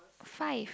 five